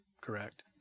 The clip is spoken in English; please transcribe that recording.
correct